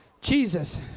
Jesus